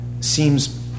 seems